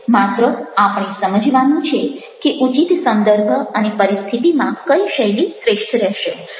માત્ર આપણે સમજવાનું છે કે ઉચિત સંદર્ભ અને પરિસ્થિતિમાં કઈ શૈલી શ્રેષ્ઠ રહેશે